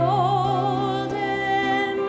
Golden